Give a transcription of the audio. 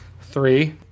Three